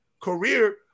career